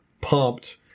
pumped